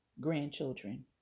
grandchildren